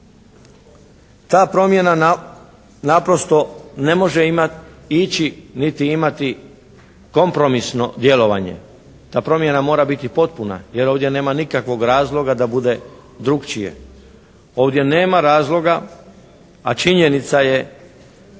Ta promjena naprosto ne može imati, ići niti imati kompromisno djelovanje. Ta promjena mora biti potpuna, jer ovdje nema nikakvog razloga da bude drukčije. Ovdje nema razloga a činjenica je